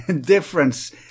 difference